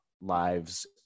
lives